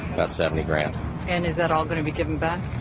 about seventy grand and is that all going to be given back?